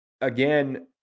again